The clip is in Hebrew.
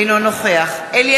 אינו נוכח אלי